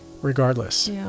regardless